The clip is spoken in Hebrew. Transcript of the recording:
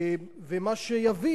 ומה שיביא,